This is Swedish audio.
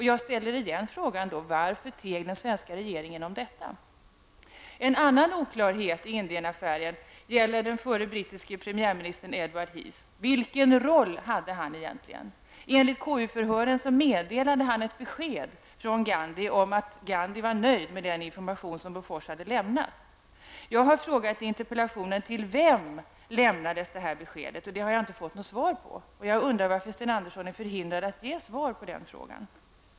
Jag ställer åter frågan: Varför teg den svenska regeringen om detta? En annan oklarhet i Indienaffären gäller den förre brittiske premiärministern Edward Heath. Vilken roll hade han egentligen? Enligt KU-förhören meddelade han ett besked från Gandhi om att Gandhi var nöjd med den information som Bofors hade lämnat. Jag har i interpellationen frågat vem det här beskedet lämnades till. Det har jag inte fått något svar på. Jag undrar varför Sten Andersson är förhindrad att ge svar på den frågan.